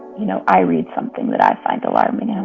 you know, i read something that i find alarming. and